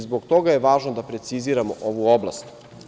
Zbog toga je važno da preciziramo ovu oblast.